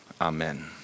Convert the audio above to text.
Amen